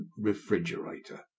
refrigerator